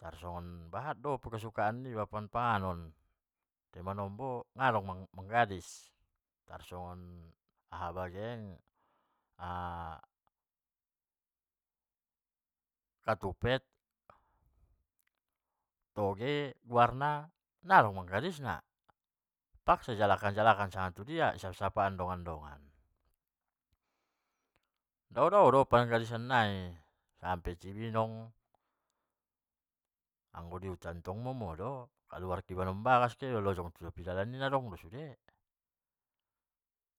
Tarsongon bahat do kesukaan niba pangan-panganon. i lopo nadong manggadis, tarsongon aha bage katupet. toge guarna nadong manggadis na. paksa i jalak-jalak an sanga tudia i sapa-sapan dongan-dongan, dao-dao do panggadisan nai sampe tu cibinong, anggo di huta momo do, kaluar iba sian bagas kehe iba tu topi dalan i naadong do sude,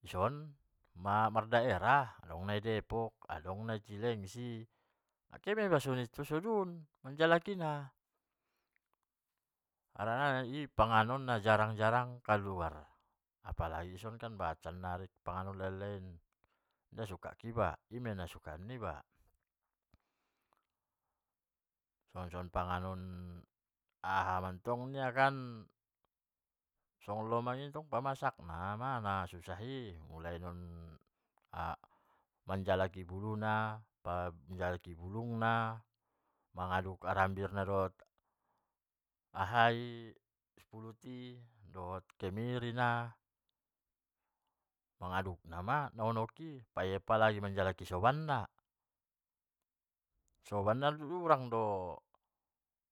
ison mardaerah dong na di didepok adong na di senci kehe ma iba tu sadun manjalaki na. harana i panganon najarang-jarang kaluar, apaalgi sannari kan ison panganon nalain-lain na kesukaan niba, in ma ia kesukaan niba. songon-songon panganon ahamantong i kan, songon lomang i pamasak na ma nasusah i mulai mannon manjalaki buluna, manjalaki bulung na mangaduk harambirna dohot ahai dohot sipulut i, dohot kemiri na mangadukna ma nahonok i, apalagi manjalaki soban na, soban non hurang do.